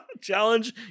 Challenge